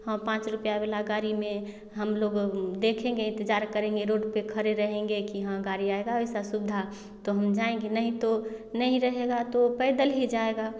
ह पाँच रुपया वाला गाड़ी में हम लोग देखेंगे इंतजार करेंगे रोड पर खड़े रहेंगे की ह गाड़ी आयेंगे ऐसा सुविधा तो हम जाएंगे नहीं तो नहीं रहेगा तो पैदल ही जाएगा